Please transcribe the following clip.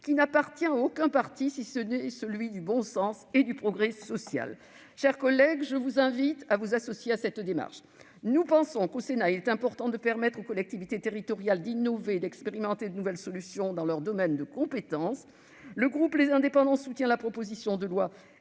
qui n'appartient à aucun parti, si ce n'est à celui du bon sens et du progrès social. Chers collègues, je vous invite à vous associer à cette démarche. Nous pensons que, au Sénat, il est important de permettre aux collectivités territoriales d'innover, d'expérimenter de nouvelles solutions dans leurs domaines de compétence. Le groupe Les Indépendants - République et